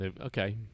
Okay